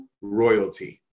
royalty